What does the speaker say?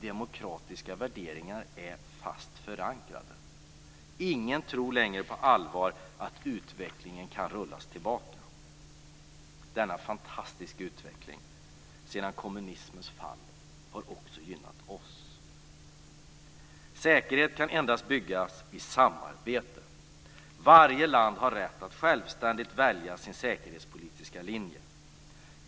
Demokratiska värderingar är fast förankrade, och ingen tror längre på allvar att utvecklingen kan rullas tillbaka. Denna fantastiska utveckling sedan kommunismens fall har också gynnat oss. Säkerhet kan endast byggas i samarbete. Varje land har rätt att självständigt välja sin säkerhetspolitiska linje.